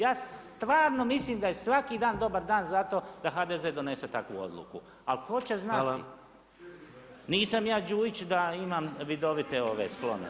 Ja stvarno mislim, da je svaki dan, dobar dan zato da HDZ donese takvu odluku, ali tko će znati, nisam ja Đuić da imam vidovite sklonosti.